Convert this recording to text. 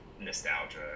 nostalgia